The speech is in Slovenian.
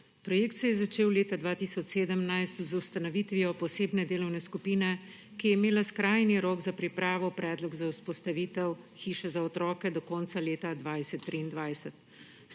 Projekt se je začel leta 2017 z ustanovitvijo posebne delovne skupine, ki je imela skrajni rok za pripravo predloga za vzpostavitev hiše za otroke do konca leta 2023.